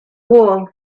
wool